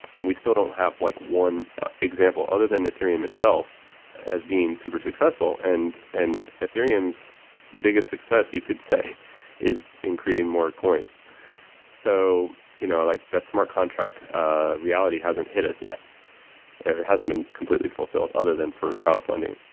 and we still don't have like one example other than ethereum itself as being super successful. and and ethereum's biggest success you could say is in creating more coins so you know like the smart contract ah reality hasn't hit us yet. or it hasn't been completely fulfilled, other than for crowd funding.